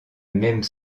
même